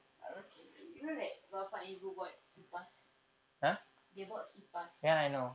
okay even like bapa and ibu buat kipas they buat kipas